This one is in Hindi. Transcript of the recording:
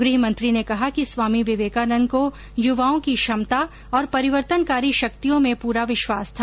गहमंत्री ने कहा कि स्वामी विवेकानंद को युवाओं की क्षमता और परिवर्तनकारी शक्तियों में पुरा विश्वास था